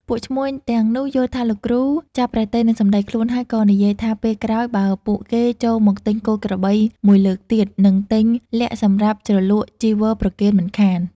ពួកឈ្មួញទាំងនោះយល់ថាលោកគ្រូចាប់ព្រះទ័យនឹងសំដីខ្លួន ហើយក៏និយាយថាពេលក្រោយបើពួកគេចូលមកទិញគោក្របីមួយលើកទៀត នឹងទិញល័ក្តសម្រាប់ជ្រលក់ចីវរប្រគេនមិនខាន។